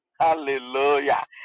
Hallelujah